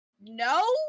No